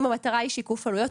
אם המטרה היא שיקוף עלויות,